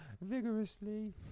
Vigorously